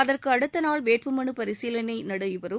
அதற்கு அடுத்த நாள் வேட்பு மனு பரிசீலனை நடைபெறம்